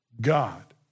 God